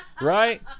Right